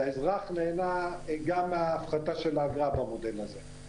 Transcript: האזרח נהנה מההפחתה של האגרה במודל הזה.